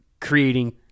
creating